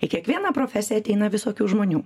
į kiekvieną profesiją ateina visokių žmonių